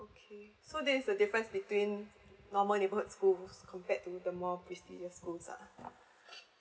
okay so there's a difference between normal neighborhood school compared to the more prestigious school ah